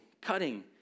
cutting